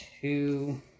Two